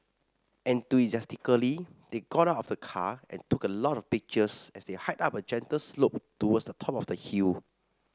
enthusiastically they got out of the car and took a lot of pictures as they hiked up a gentle slope towards the top of the hill